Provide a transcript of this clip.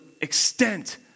extent